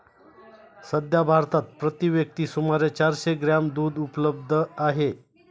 सध्या भारतात प्रति व्यक्ती सुमारे चारशे ग्रॅम दूध उपलब्ध आहे